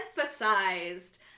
emphasized